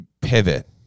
pivot